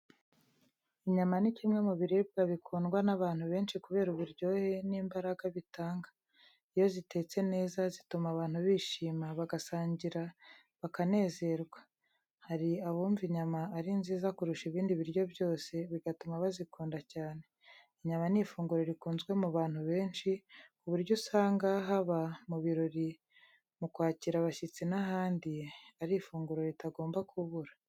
Inyama ni kimwe mu biribwa bikundwa n’abantu benshi kubera uburyohe n’imbaraga bitanga. Iyo zitetse neza, zituma abantu bishima, bagasangira bakanezerwa. Hari abumva inyama ari nziza kurusha ibindi biryo byose, bigatuma bazikunda cyane. Inyama ni ifunguro rikunzwe mu bantu benshi, ku buryo usanga haba mu birori mu kwakira abashyitsi n’ahandi ari ifunguro ritagomba kubura.